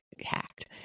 hacked